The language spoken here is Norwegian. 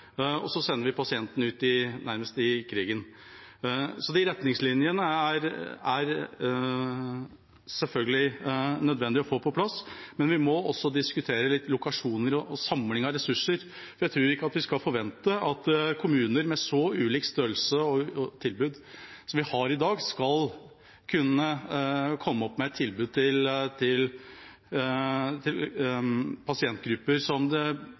og så sender vi nærmest pasientene ut i krigen. Så de retningslinjene er selvfølgelig nødvendig å få på plass, men vi må også diskutere litt lokasjoner og samling av ressurser, for jeg tror ikke vi skal forvente at kommuner som er så ulike med tanke på størrelse og tilbud som dem vi har i dag, skal kunne komme opp med et tilbud til pasientgrupper som det